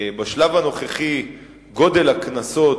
בשלב הנוכחי גודל הקנסות,